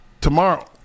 tomorrow